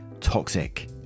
toxic